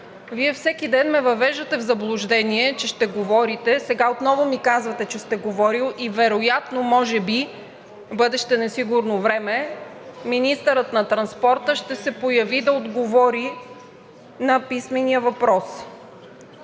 Вие всеки ден ме въвеждате в заблуждение, че ще говорите. Сега отново ми казвате, че сте говорили и вероятно, може би – бъдеще несигурно време, министърът на транспорта ще се появи да отговори на писмения въпрос.